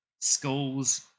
schools